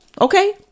Okay